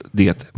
det